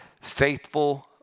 faithful